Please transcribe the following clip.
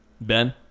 Ben